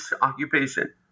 occupation